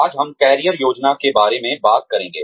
आज हम कैरियर योजना के बारे में बात करेंगे